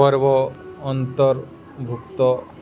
ପର୍ବ ଅନ୍ତର୍ଭୁକ୍ତ